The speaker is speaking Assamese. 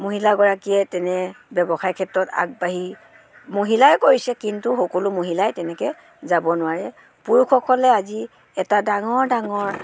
মহিলাগৰাকীয়ে তেনে ব্যৱসায় ক্ষেত্ৰত আগবাঢ়ি মহিলাই কৰিছে কিন্তু সকলো মহিলাই তেনেকৈ যাব নোৱাৰে পুৰুসসকলে আজি এটা ডাঙৰ ডাঙৰ